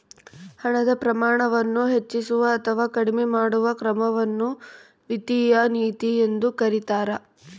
ಹಣದ ಪ್ರಮಾಣವನ್ನು ಹೆಚ್ಚಿಸುವ ಅಥವಾ ಕಡಿಮೆ ಮಾಡುವ ಕ್ರಮವನ್ನು ವಿತ್ತೀಯ ನೀತಿ ಎಂದು ಕರೀತಾರ